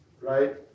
right